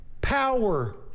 power